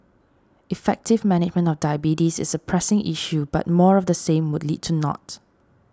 effective management of diabetes is a pressing issue but more of the same would lead to naught